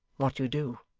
what you do